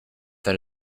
that